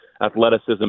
athleticism